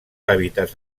hàbitats